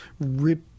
rip